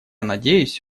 надеюсь